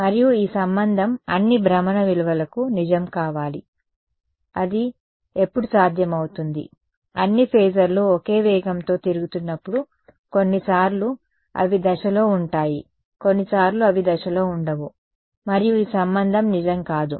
మరియు ఈ సంబంధం అన్ని భ్రమణ విలువలకు నిజం కావాలి అది ఎప్పుడు సాధ్యమవుతుంది అన్ని ఫేజర్లు ఒకే వేగంతో తిరుగుతున్నప్పుడు కొన్నిసార్లు అవి దశలో ఉంటాయి కొన్నిసార్లు అవి దశలో ఉండవు మరియు ఈ సంబంధం నిజం కాదు